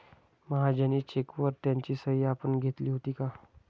महाजनी चेकवर त्याची सही आपण घेतली होती का?